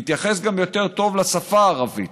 נתייחס יותר טוב גם לשפה הערבית.